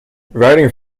writing